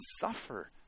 suffer